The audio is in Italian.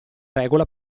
regola